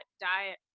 diet